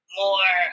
more